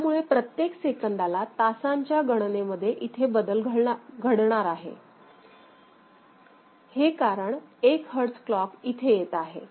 त्यामुळे प्रत्येक सेकंदाला तासांच्या गणनेमध्ये इथे बदल घडणार आहे कारण 1 हर्ट्झ क्लॉक इथे येत आहे